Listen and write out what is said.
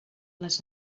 les